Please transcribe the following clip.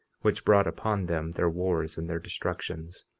which brought upon them their wars and their destructions.